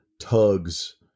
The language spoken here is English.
tugs